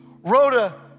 Rhoda